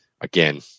again